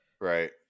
right